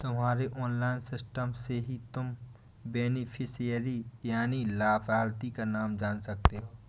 तुम्हारे online system से ही तुम बेनिफिशियरी यानि लाभार्थी का नाम जान सकते हो